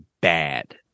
bad